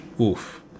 Oof